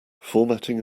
formatting